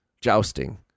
Jousting